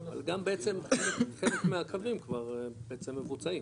גם בעצם, חלק מהקווים כבר בעצם מבוצעים.